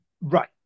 Right